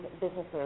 businesses